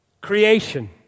Creation